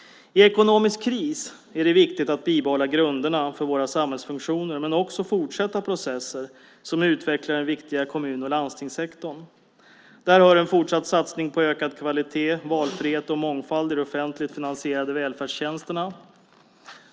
I en ekonomisk kris är det viktigt att bibehålla grunderna för våra samhällsfunktioner men också fortsätta processer som utvecklar den viktiga kommun och landstingssektorn. Dit hör en fortsatt satsning på ökad kvalitet, valfrihet och mångfald i de offentligt finansierade välfärdstjänsterna.